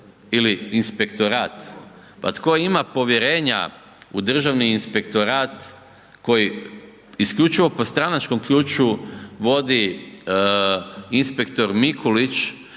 ili inspektorat, pa tko ima povjerenja u Državni inspektorat koji isključivo po stranačkom ključu vodi inspektor Mikulić